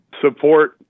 support